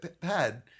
pad